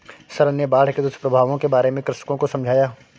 sir ने बाढ़ के दुष्प्रभावों के बारे में कृषकों को समझाया